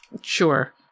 Sure